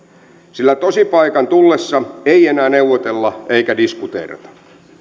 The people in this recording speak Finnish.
sillä tosipaikan tullessa ei enää neuvotella eikä diskuteerata